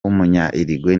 uruguay